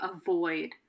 avoid